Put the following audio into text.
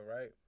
right